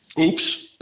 Oops